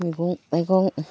मैगं थाइगं